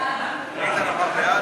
ההצעה להעביר את